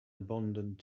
abandoned